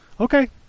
Okay